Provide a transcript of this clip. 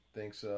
Thanks